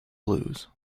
blues